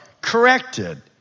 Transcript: corrected